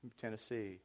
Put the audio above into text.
Tennessee